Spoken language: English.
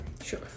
Sure